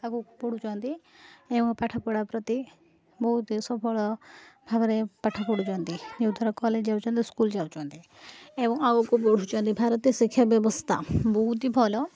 ଆଗକୁ ପଢ଼ୁଛନ୍ତି ଏବଂ ପାଠପଢ଼ା ପ୍ରତି ବହୁତ ସଫଳ ଭାବରେ ପାଠ ପଢ଼ୁଛନ୍ତି ଯୋଉଁଦ୍ୱାରା କଲେଜ୍ ଯାଉଛନ୍ତି ସ୍କୁଲ୍ ଯାଉଛନ୍ତି ଏବଂ ଆଗକୁ ବଢ଼ୁଛନ୍ତି ଭାରତୀୟ ଶିକ୍ଷା ବ୍ୟବସ୍ଥା ବହୁତ ହି ଭଲ